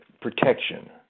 protection